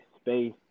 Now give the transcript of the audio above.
space